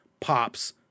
Pops